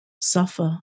suffer